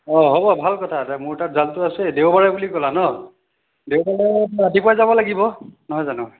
অঁ হ'ব ভাল কথা তে মোৰ তাত আছে দেওবাৰে বুলি ক'লা ন' দেওবাৰে ৰাতিপুৱাই যাব লাগিব নহয় জানো